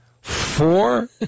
Four